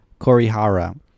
Korihara